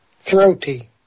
Throaty